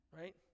Right